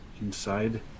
inside